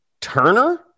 Turner